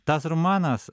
tas romanas